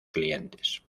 clientes